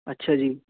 ਅੱਛਾ ਜੀ